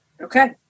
Okay